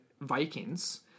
Vikings